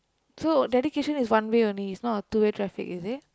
so dedication is one way only is not a two way traffic is it